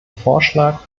vorschlag